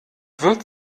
wird